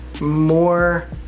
more